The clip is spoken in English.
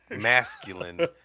masculine